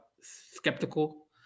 skeptical